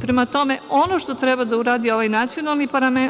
Prema tome, ono što treba da uradi